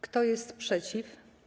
Kto jest przeciw?